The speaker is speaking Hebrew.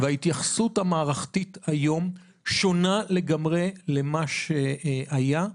וההתייחסות המערכתית היום שונה לגמרי ממה שהיה,